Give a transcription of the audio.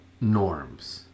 norms